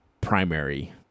primary